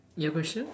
your question